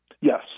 Yes